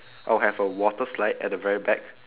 I would have a water slide at the very back